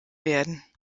werden